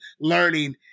learning